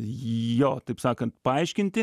jo taip sakant paaiškinti